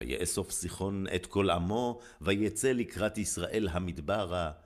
ויאסוף סיחון את כל עמו, וייצא לקראת ישראל המדברה.